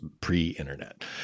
pre-internet